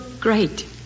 great